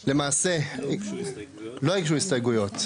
לא הוגשו הסתייגויות.